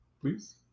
please